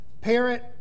Parent